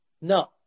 No